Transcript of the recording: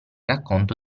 racconto